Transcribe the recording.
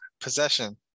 possession